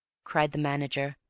cried the manager.